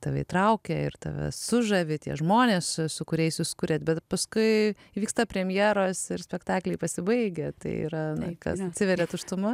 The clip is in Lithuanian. tave įtraukia ir tave sužavi tie žmonės su kuriais jūs kuriate bet paskui vyksta premjeros ir spektakliai pasibaigia tai yra na kas atsiveria tuštuma